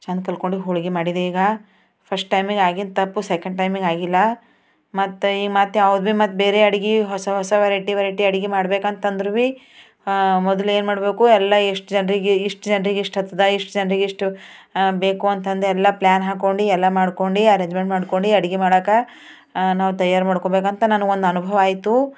ಚೆಂದ ತಿಳ್ಕೊಂಡು ಹೋಳ್ಗೆ ಮಾಡಿದೆ ಈಗ ಫಸ್ಟ್ ಟೈಮಿಗೆ ಆಗಿದ್ದ ತಪ್ಪು ಸೆಕೆಂಡ್ ಟೈಮಿಗೆ ಆಗಿಲ್ಲ ಮತ್ತು ಈ ಮತ್ತು ಯಾವ್ದು ಮತ್ತು ಬೇರೆ ಅಡುಗೆ ಹೊಸ ಹೊಸ ವೆರೈಟಿ ವೆರೈಟಿ ಅಡುಗೆ ಮಾಡ್ಬೇಕಂತಂದ್ರೂ ಮೊದ್ಲು ಏನ್ಮಾಡ್ಬೇಕು ಎಲ್ಲ ಎಷ್ಟು ಜನ್ರಿಗೆ ಇಷ್ಟು ಜನ್ರಿಗೆ ಎಷ್ಟು ಹತ್ತಿದೆ ಇಷ್ಟು ಜನ್ರಿಗೆ ಎಷ್ಟು ಬೇಕು ಅಂತಂದೆಲ್ಲ ಪ್ಲ್ಯಾನ್ ಹಾಕ್ಕೊಂಡು ಎಲ್ಲ ಮಾಡ್ಕೊಂಡು ಅರೆಂಜ್ಮೆಂಟ್ ಮಾಡ್ಕೊಂಡು ಅಡ್ಗೆ ಮಾಡೋಕೆ ನಾವು ತಯಾರು ಮಾಡ್ಕೊಬೇಕಂತ ನನಗೊಂದು ಅನುಭವ ಆಯಿತು